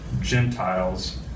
Gentiles